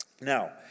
Now